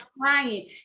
crying